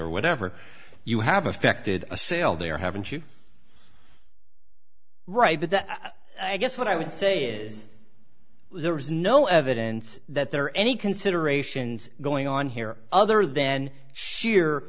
or whatever you have affected a sale there haven't you right but that i guess what i would say is there is no evidence that there are any considerations going on here other than sheer